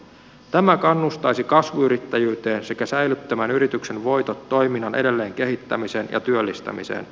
tämä kannustaisi kasvuyrittäjyyteen sekä säilyttämään yrityksen voitot toiminnan edelleen kehittämiseen ja työllistämiseen